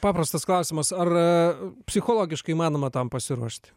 paprastas klausimas ar psichologiškai įmanoma tam pasiruošti